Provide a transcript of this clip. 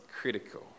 critical